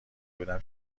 بودم